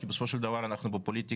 כי בסופו של דבר אנחנו בפוליטיקה,